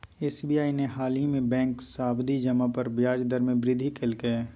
SBI ने हालही में बैंक सावधि जमा पर ब्याज दर में वृद्धि कइल्कय